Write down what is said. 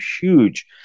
huge